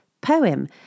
poem